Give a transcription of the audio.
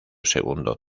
segundo